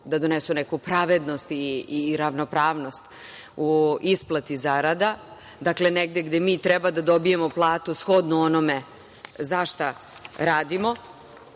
da donesu neku pravednost i ravnopravnost u isplati zarada, dakle negde gde mi treba da dobijemo platu shodnu onome za šta radimo